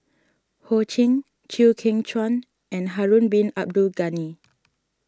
Ho Ching Chew Kheng Chuan and Harun Bin Abdul Ghani